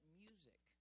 music